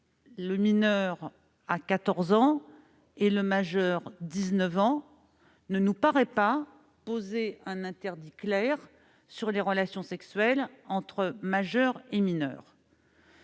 le mineur a 14 ans et le majeur 19 ans, ne nous paraît pas poser un interdit clair sur les relations sexuelles entre majeurs et mineurs.